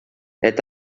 est